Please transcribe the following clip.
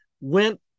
went